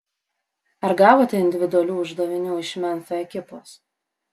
ar gavote individualių uždavinių iš memfio ekipos